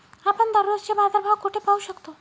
आपण दररोजचे बाजारभाव कोठे पाहू शकतो?